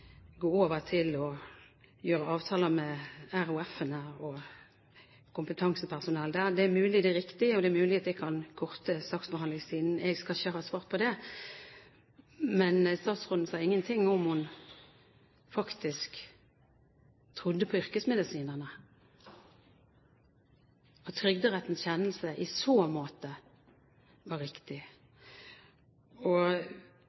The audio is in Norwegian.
gå over til å gjøre avtaler med RHF-ene og kompetansepersonell der. Det er mulig det er riktig, og det er mulig at det kan korte saksbehandlingstiden – jeg skal ikke ha svart på det – men statsråden sa ingenting om hvorvidt hun faktisk trodde på yrkesmedisinerne, og at Trygderettens kjennelse i så måte var riktig. Jeg er ikke noen jurist, og